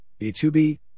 B2B